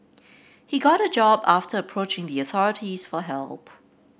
he got a job after approaching the authorities for help